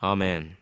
Amen